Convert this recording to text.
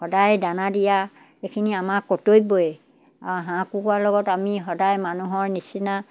সদায় দানা দিয়া এইখিনি আমাক কৰ্তব্যই আৰু হাঁহ কুকুৰাৰ লগত আমি সদায় মানুহৰ নিচিনা